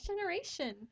Generation